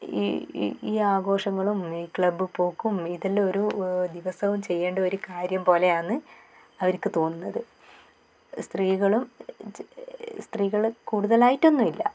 ഈ ഈ ആഘോഷങ്ങളും ഈ ക്ലബ്ബി പോക്കും ഇതെല്ലം ഒരു ദിവസവും ചെയ്യേണ്ട ഒരു കാര്യം പോലെയാന്ന് അവർക്ക് തോന്നുന്നത് സ്ത്രീകളും സ്ത്രീകൾ കൂടുതലായിട്ടൊന്നുമില്ല